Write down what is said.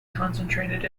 concentrated